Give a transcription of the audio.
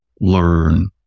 learn